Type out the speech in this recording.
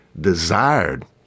desired